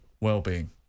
well-being